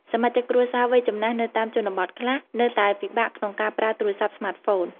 សមាជិកគ្រួសារវ័យចំណាស់នៅតាមជនបទខ្លះ នៅតែពិបាកក្នុងការប្រើទូរស័ព្ទស្មាតហ្វូន។